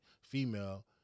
female